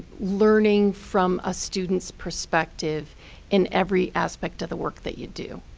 learning from a student's perspective in every aspect of the work that you do.